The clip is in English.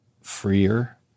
freer